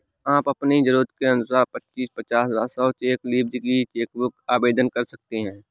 आप अपनी जरूरत के अनुसार पच्चीस, पचास व सौ चेक लीव्ज की चेक बुक आवेदन कर सकते हैं